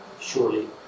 surely